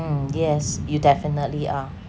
yes you definitely are